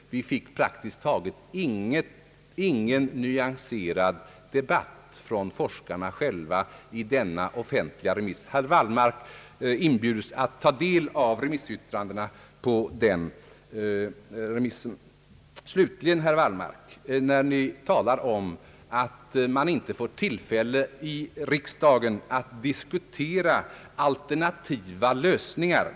Det blev praktiskt taget ingen nyanserad debatt bland forskarna själva i denna offentliga remiss. Herr Wallmark inbjuds att ta del av remissyttrandena i den frågan. Slutligen säger herr Wallmark, att riksdagen inte får tillfälle att diskutera alternativa lösningar.